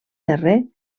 darrer